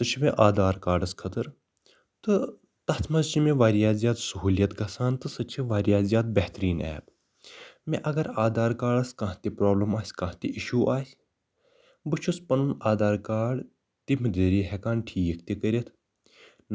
سۄ چھِ مےٚ آدھار کارڈَس خٲطرٕ تہٕ تتھ منٛز چھِ مےٚ واریاہ زیادٕ سہوٗلیِت گژھان تہٕ سۄ چھِ واریاہ زیادٕ بہتریٖن اٮ۪پ مےٚ اگر آدھار کارڈٕس کانٛہہ تہِ پرٛابلِم آسہِ کانٛہہ تہِ اِشِوٗ آسہِ بہٕ چھُس پَنُن آدھار کارڈ تٔمی ذریعہٕ ہٮ۪کان ٹھیٖک تہِ کٔرِتھ